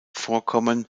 vorkommen